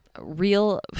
Real